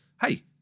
hey